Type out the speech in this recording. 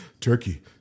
Turkey